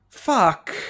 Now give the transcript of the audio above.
Fuck